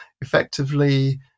effectively